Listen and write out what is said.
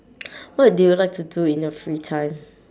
what do you like to do in your free time